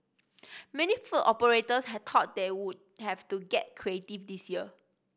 many food operators had thought they would have to get creative this year